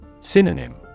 Synonym